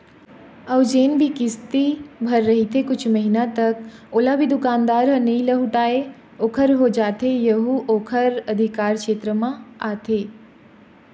अउ जेन भी किस्ती भर रहिथे कुछ महिना तक ओला भी दुकानदार ह नइ लहुटाय ओखर हो जाथे यहू ओखर अधिकार छेत्र म आथे